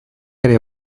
ere